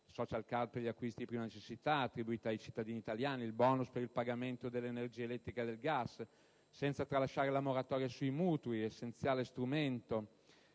*social card* per gli acquisti di prima necessità, attribuita ai cittadini italiani, e il *bonus* per il pagamento dell'energia elettrica e del gas, senza tralasciare la moratoria sui mutui, essenziale strumento